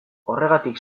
horregatik